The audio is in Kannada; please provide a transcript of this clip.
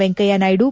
ವೆಂಕಯ್ಯ ನಾಯ್ದು